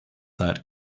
that